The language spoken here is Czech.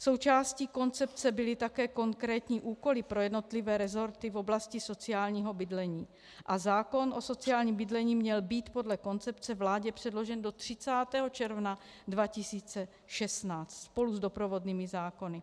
Součástí koncepce byly také konkrétní úkoly pro jednotlivé resorty v oblasti sociálního bydlení a zákon o sociálním bydlení měl být podle koncepce vládě předložen do 30. června 2016 spolu s doprovodnými zákony.